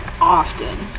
often